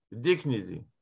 dignity